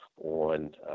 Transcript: on